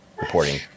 reporting